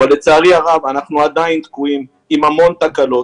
אבל לצערי הרב אנחנו עדיין תקועים עם המון תקלות.